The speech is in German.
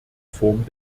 form